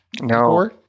No